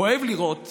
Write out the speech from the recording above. כואב לי לראות